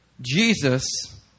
Jesus